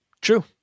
True